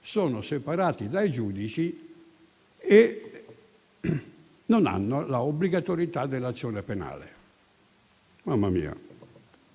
sono separati dai giudici e non hanno la obbligatorietà dell'azione penale. Mamma mia,